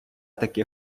таки